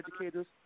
Educators